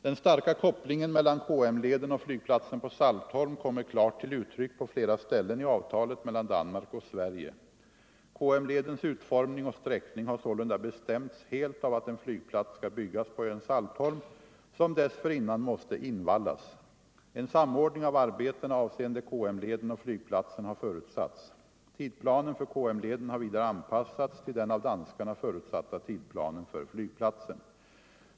Den starka kopplingen mellan KM-leden och flygplatsen på Saltholm kommer klart till uttryck på flera ställen i avtalet mellan Danmark och Sverige. KM-ledens utformning och sträckning har sålunda bestämts helt av att en flygplats skall byggas på ön Saltholm, som dessförinnan måste invallas. En samordning av arbetena avseende KM-leden och flygplatsen har förutsatts. Tidplanen för KM-leden har vidare anpassats till den av danskarna förutsatta tidplanen för flygplatsen.